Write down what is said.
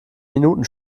minuten